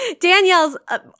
Danielle's